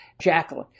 Jacqueline